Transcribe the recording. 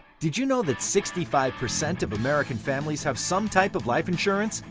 did you know that sixty five percent of american families have some type of life insurance,